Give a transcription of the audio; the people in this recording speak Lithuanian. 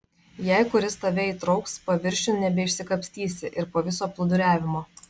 jei kuris tave įtrauks paviršiun nebeišsikapstysi ir po viso plūduriavimo